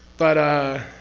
but ah.